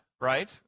right